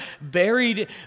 buried